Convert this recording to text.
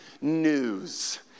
news